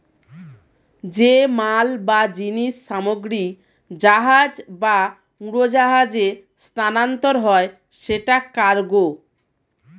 যে মাল বা জিনিস সামগ্রী জাহাজ বা উড়োজাহাজে স্থানান্তর হয় সেটা কার্গো